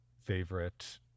favorite